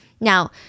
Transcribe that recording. Now